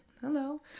hello